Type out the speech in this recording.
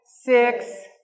six